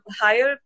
higher